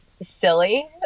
silly